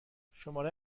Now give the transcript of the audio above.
شماره